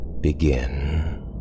begin